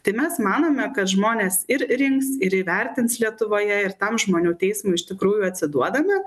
tai mes manome kad žmonės ir rinks ir įvertins lietuvoje ir tam žmonių teismui iš tikrųjų atsiduodame